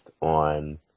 on